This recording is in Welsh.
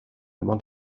mod